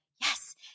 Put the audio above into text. Yes